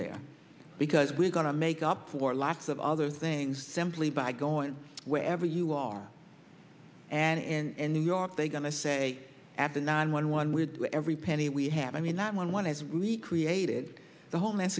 there because we're going to make up for lots of other things simply by going wherever you are and new york they going to say after nine one one with every penny we have i mean not one one has recreated the homeland